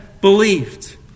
believed